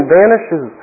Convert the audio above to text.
vanishes